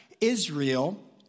Israel